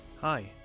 Hi